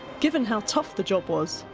given how tough the job was,